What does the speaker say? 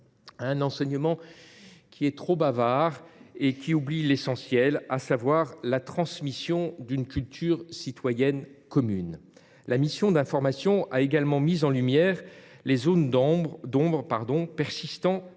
un enseignement trop bavard, qui oublie l’essentiel : la transmission d’une culture citoyenne commune. La mission commune d’information a également mis en lumière les zones d’ombre persistant